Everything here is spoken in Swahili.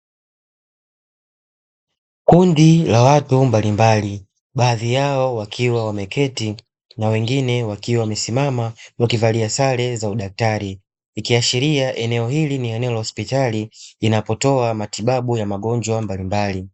Kundi la watu mbalimbali baadhi yao wakiwa wameketi na wengine wakiwa wamesimama wakivalia sare za udaktari, ikiashiria eneo hili ni eneo la hospitali inapotoa matibabu ya magonjwa mbalimbali.